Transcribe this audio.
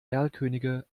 erlkönige